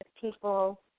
people